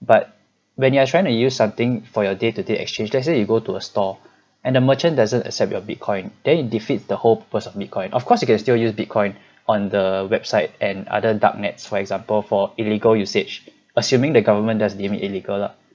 but when you're trying to use something for your day to day exchange let's say you go to a store and the merchant doesn't accept your bitcoin then it defeats the whole purpose of bitcoin of course you can still use bitcoin on the website and other darknets for example for illegal usage assuming the government does deemed illegal lah